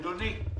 אדוני,